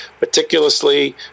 meticulously